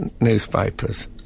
newspapers